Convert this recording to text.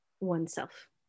oneself